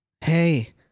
hey